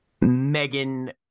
Megan